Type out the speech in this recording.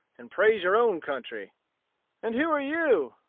and praise your own country and who are you?